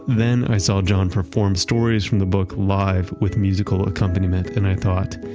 then i saw jon perform stories from the book live, with musical accompaniment and i thought,